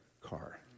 car